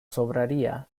sobraría